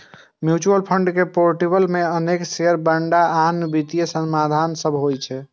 mutual fund के portfolio मे अनेक शेयर, बांड आ आन वित्तीय साधन सभ होइ छै